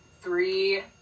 three